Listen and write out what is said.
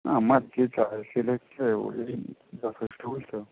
আমার কি চা ওই যথেষ্ট বুঝেছো